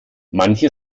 manche